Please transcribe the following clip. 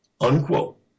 unquote